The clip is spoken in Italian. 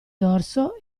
dorso